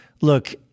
look